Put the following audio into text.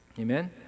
amen